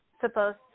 supposed